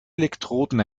elektroden